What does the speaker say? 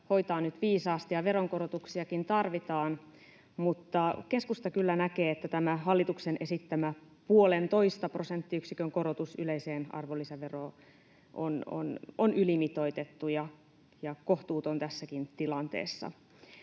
hoitaa nyt viisaasti ja veronkorotuksiakin tarvitaan, mutta keskusta kyllä näkee, että tämä hallituksen esittämä puolentoista prosenttiyksikön korotus yleiseen arvonlisäveroon on ylimitoitettu ja kohtuuton tässäkin tilanteessa.